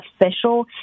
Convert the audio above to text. official